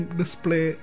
display